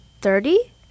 thirty